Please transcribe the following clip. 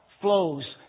flows